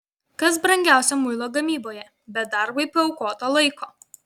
kas brangiausia muilo gamyboje be darbui paaukoto laiko